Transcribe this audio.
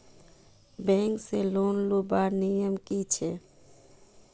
Bank से loan लुबार नियम की छे?